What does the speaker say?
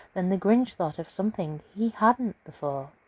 then the grinch thought of something he hadn't before.